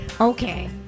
Okay